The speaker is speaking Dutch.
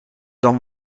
dan